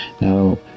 Now